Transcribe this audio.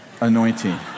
anointing